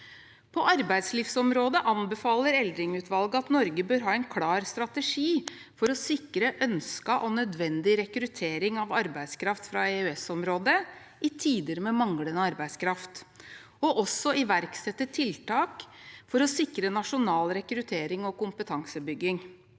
På arbeidslivsområdet anbefaler Eldring-utvalget Norge å ha en klar strategi for å sikre ønsket og nødvendig rekruttering av arbeidskraft fra EØS-området i tider med manglende arbeidskraft, og også iverksette tiltak for å sikre nasjonal rekruttering og kompetansebygging.